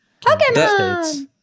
Pokemon